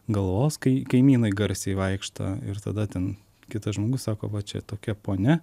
galvos kai kai kaimynai garsiai vaikšto ir tada ten kitas žmogus sako va čia tokia ponia